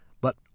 But